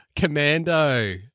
Commando